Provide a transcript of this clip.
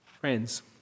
Friends